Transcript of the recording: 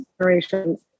generations